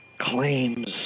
claims